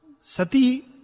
Sati